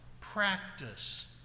practice